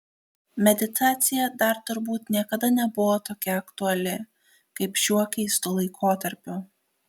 meditacija dar turbūt niekada nebuvo tokia aktuali kaip šiuo keistu laikotarpiu